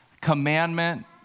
commandment